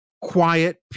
quiet